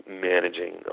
managing